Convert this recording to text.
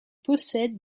possèdent